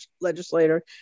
legislator